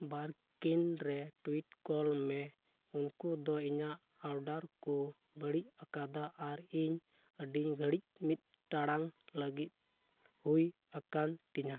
ᱵᱟᱨ ᱠᱤᱱ ᱨᱮ ᱴᱩᱭᱤᱴ ᱠᱳᱞ ᱢᱮ ᱩᱱᱠᱩ ᱫᱚ ᱤᱧᱟᱹᱜ ᱚᱰᱟᱨ ᱠᱚ ᱵᱟᱹᱲᱤᱡ ᱟᱠᱟᱫᱟ ᱟᱨ ᱤᱧ ᱟᱹᱰᱤ ᱜᱷᱟᱹᱲᱤᱠ ᱢᱤᱫ ᱴᱟᱲᱟᱝ ᱞᱟᱹᱜᱤᱫ ᱦᱩᱭ ᱟᱠᱟᱱ ᱛᱤᱧᱟᱹ